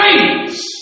rains